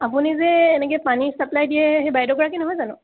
আপুনি যে এনেকৈ পানী ছাপ্লাই দিয়ে সেই বাইদেউগৰাকী নহয় জানো